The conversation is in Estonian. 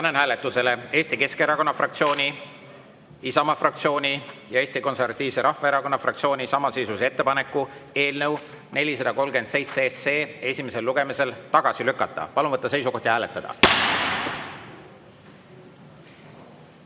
panen hääletusele Eesti Keskerakonna fraktsiooni, Isamaa fraktsiooni ja Eesti Konservatiivse Rahvaerakonna fraktsiooni samasisulise ettepaneku eelnõu 437 esimesel lugemisel tagasi lükata. Palun võtta seisukoht ja hääletada!